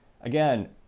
again